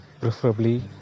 Preferably